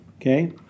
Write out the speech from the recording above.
Okay